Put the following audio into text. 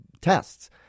tests